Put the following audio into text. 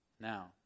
Now